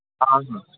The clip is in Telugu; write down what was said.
అవును